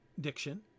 diction